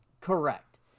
Correct